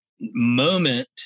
moment